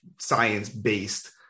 science-based